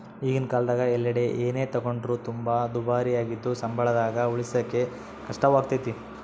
ಈಗಿನ ಕಾಲದಗ ಎಲ್ಲೆಡೆ ಏನೇ ತಗೊಂಡ್ರು ತುಂಬಾ ದುಬಾರಿಯಾಗಿದ್ದು ಸಂಬಳದಾಗ ಉಳಿಸಕೇ ಕಷ್ಟವಾಗೈತೆ